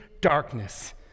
darkness